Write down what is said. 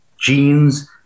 genes